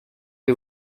est